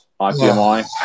IPMI